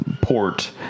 Port